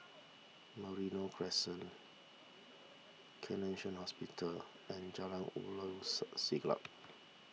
Merino Crescent Connexion Hospital and Jalan Ulu Siglap